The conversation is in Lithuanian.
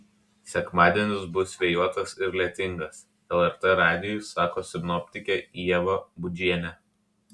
sekmadienis bus vėjuotas ir lietingas lrt radijui sako sinoptikė ieva budžienė